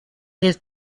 his